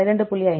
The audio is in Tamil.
5 மற்றும் 2